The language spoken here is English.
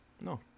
No